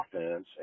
offense